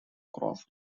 cross